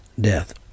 death